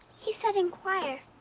he said inquire.